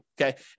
Okay